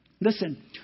Listen